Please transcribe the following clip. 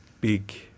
big